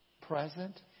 present